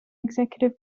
executive